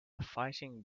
fighting